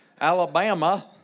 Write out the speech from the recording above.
Alabama